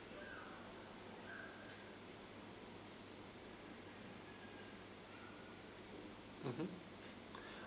mmhmm